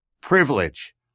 privilege